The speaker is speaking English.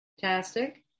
fantastic